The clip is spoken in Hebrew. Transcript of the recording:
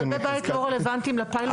--- כלבי בית לא רלוונטיים לפיילוט הזה.